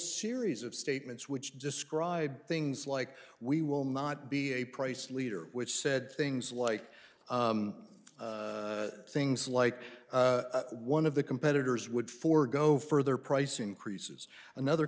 series of statements which describe things like we will not be a price leader which said things like things like one of the competitors would forego further price increases another